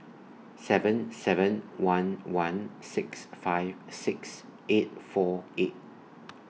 seven seven one one six five six eight four eight